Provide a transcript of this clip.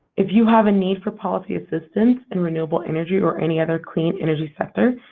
if you have a need for policy assistance in renewable energy or any other clean energy sector,